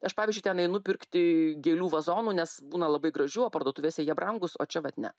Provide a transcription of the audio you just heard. aš pavyzdžiui ten einu pirkti gėlių vazonų nes būna labai gražių o parduotuvėse jie brangūs o čia vat ne